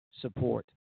support